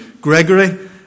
Gregory